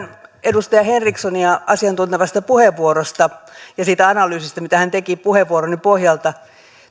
edustaja henrikssonia asiantuntevasta puheenvuorosta ja siitä analyysistä mitä hän teki puheenvuoroni pohjalta